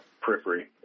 periphery